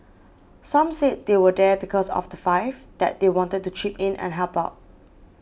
some said they were there because of the five that they wanted to chip in and help out